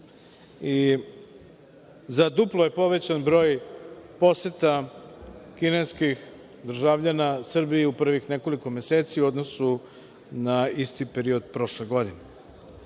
i za duplo je povećan broj poseta kineskih državljana Srbiji u privih nekoliko meseci, u odnosu na isti period prošle godine.